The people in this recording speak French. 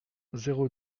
zéro